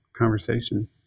conversation